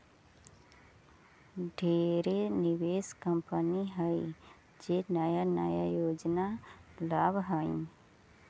ढेरे निवेश कंपनी हइ जे नया नया योजना लावऽ हइ